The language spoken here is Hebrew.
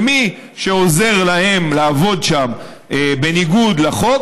ומי שעוזר לשב"חים לעבוד שם בניגוד לחוק